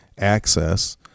access